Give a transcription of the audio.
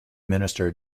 minister